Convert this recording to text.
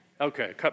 Okay